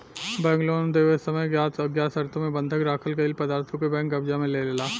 bank loan देवे समय ज्ञात अज्ञात शर्तों मे बंधक राखल गईल पदार्थों के बैंक कब्जा में लेलेला